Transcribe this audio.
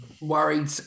Worried